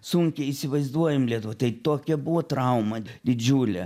sunkiai įsivaizduojam lietuva tai tokia buvo trauma didžiulė